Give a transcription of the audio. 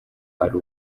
ari